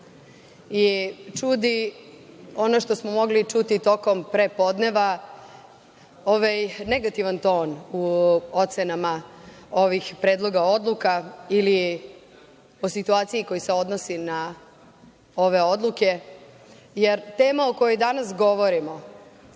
i čudi, ono što smo mogli čuti tokom prepodneva, ovaj negativan ton u ocenama ovih predloga odluka ili o situaciji koja se odnosi na ove odluke, jer tema o kojoj danas govorimo